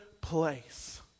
place